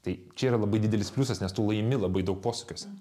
tai čia yra labai didelis pliusas nes tu laimi labai daug posūkiuose